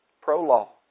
Pro-law